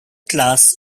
class